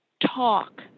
talk